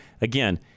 Again